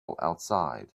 outside